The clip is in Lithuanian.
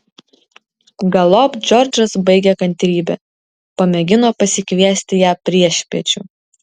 galop džordžas baigė kantrybę pamėgino pasikviesti ją priešpiečių